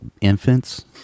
infants